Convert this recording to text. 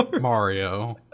Mario